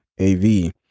av